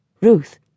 Ruth